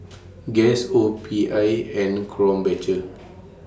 Guess O P I and Krombacher